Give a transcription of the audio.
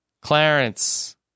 Clarence